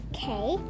Okay